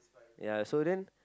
ya so then